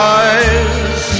eyes